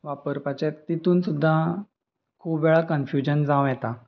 वापरपाचे तांतूंत सुद्दां खूब वेळा कन्फ्युजन जावं येता